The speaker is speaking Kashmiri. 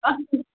اَدٕ کیٛاہ